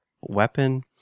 weapon